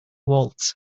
waltz